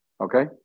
Okay